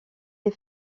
des